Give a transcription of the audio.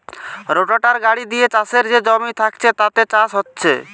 রোটাটার গাড়ি দিয়ে চাষের যে জমি থাকছে তাতে চাষ হচ্ছে